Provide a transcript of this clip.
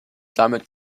damit